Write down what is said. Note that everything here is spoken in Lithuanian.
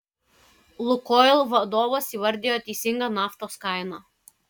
lukoil vadovas įvardijo teisingą naftos kainą